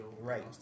Right